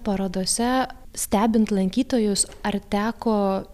parodose stebint lankytojus ar teko